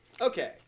okay